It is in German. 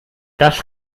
das